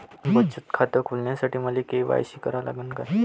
बचत खात खोलासाठी मले के.वाय.सी करा लागन का?